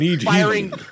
firing